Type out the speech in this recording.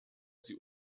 sie